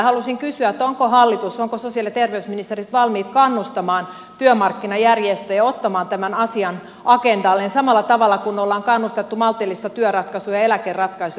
haluaisin kysyä onko hallitus ovatko sosiaali ja terveysministerit valmiit kannustamaan työmarkkinajärjestöjä ottamaan tämän asian agendalleen samalla tavalla kuin ollaan kannustettu maltillista työratkaisua ja eläkeratkaisua